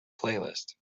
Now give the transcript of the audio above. playlist